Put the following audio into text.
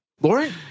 Lauren